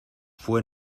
fué